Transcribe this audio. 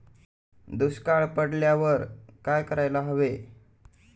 दुष्काळ पडल्यावर काय करायला हवे?